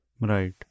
Right